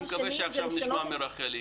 אני מקווה שנשמע עכשיו מרחלי.